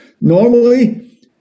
Normally